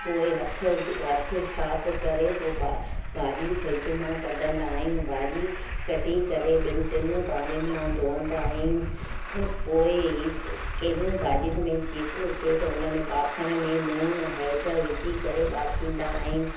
पोइ हथ हथु साफ़ु करे पोइ भा भाॼी फ्रिज मां कढंदा आहियूं भाॼी कढी करे ॿिनि टिनि पाणियुनि मां धोअंदा आहियूं पोइ ई किन भाॼियुनि में जीतु हुजे त उन में ॿाफण में लूणु हैडु विझी करे ॿाफींदा आहियूं